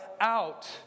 out